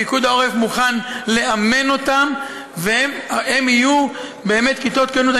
פיקוד העורף מוכן לאמן אותם והם יהיו באמת כיתות כוננות.